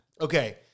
Okay